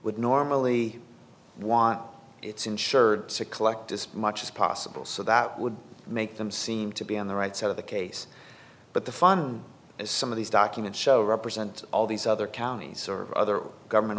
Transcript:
would normally want its insured sick lect as much as possible so that would make them seem to be on the right side of the case but the fun as some of these documents show represent all these other counties or other government